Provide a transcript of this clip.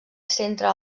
centra